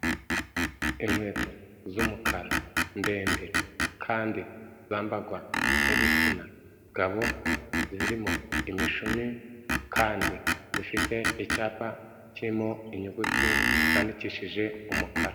Inkweto z'umukara ndende kandi zambarwa n'igitsina gabo zirimo imishumi kandi zifite icyapa kirimo inyuguti yandikishije umukara.